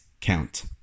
count